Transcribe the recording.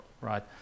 right